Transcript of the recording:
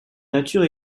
nature